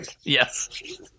Yes